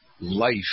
life